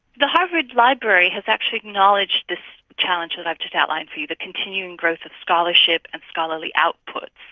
the harvard library has actually acknowledged this challenge that i've just outlined to you, the continuing growth of scholarship and scholarly outputs,